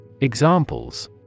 Examples